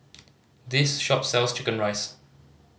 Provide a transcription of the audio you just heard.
this shop sells chicken rice